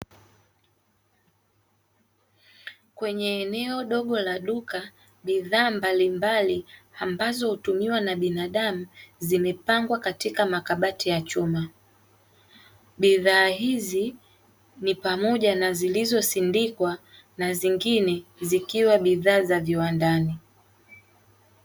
Kwenye eneo dogo la duka bidhaa mbalimbali ambazo hutumiwa na binadamu zimepangwa katika makabati ya chuma, bidhaa hizi ni pamoja na zilizosindikwa na zingine zikiwa bidhaa za viwandani.